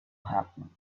happen